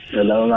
Hello